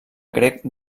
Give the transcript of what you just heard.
grec